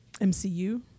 MCU